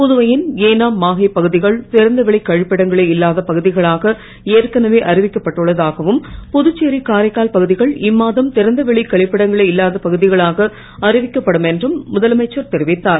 புதுவையின் ஏலும் மாஹே பகுதிகள் திறந்தவெளிக் கழிப்பிடங்களே இல்லாத பகுதிகளாக ஏற்கனவே அறிவிக்கப் பட்டுள்ளதாகவும் புதுச்சேரி காரைக்கால் பகுதிகள் இம்மாதமே திறந்தவெளிக் கழிப்பிடங்களே இல்லாத பகுதிகளாக அறிவிக்கப்படும் என்றும் முதலமைச்சர் தெரிவித்தார்